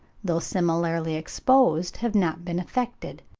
though similarly exposed, have not been affected.